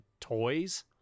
toys